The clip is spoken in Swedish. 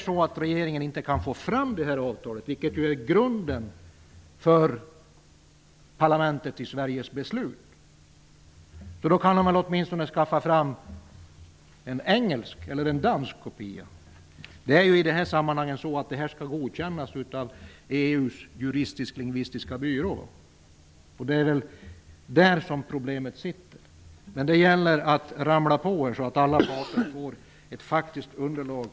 Om regeringen inte kan få fram det här avtalet, som ju är grunden för beslutet i Sveriges parlament, kan man väl åtminstone skaffa fram en engelsk eller dansk kopia. I det här sammanhanget krävs det ju ett godkännande av EU:s juridisk-lingvistiska byrå. Det är väl där som problemet finns. Det gäller alltså att så att säga ramla på här, så att alla får ett faktiskt underlag.